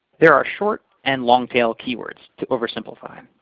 there are short and long-tail keywords, to over simplify.